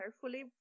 carefully